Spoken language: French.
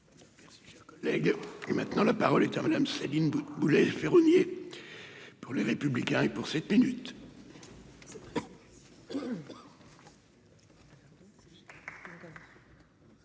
Merci, cher collègue, et maintenant la parole est à madame Céline Boutboul ferronnier pour les républicains et pour 7 minutes.